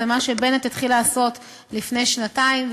זה מה שבנט התחיל לעשות לפני שנתיים,